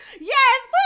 Yes